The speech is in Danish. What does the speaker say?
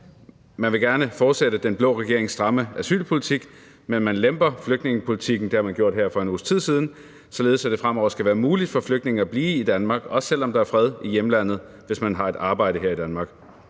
Man vil gerne fortsætte den blå regerings stramme asylpolitik, men man lemper flygtningepolitikken – det har man gjort her for en uges tid siden – således at det fremover skal være muligt for flygtninge at blive i Danmark, hvis de har et arbejde her i Danmark,